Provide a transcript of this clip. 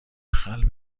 خلق